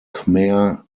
khmer